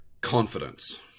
confidence